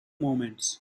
moments